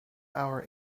our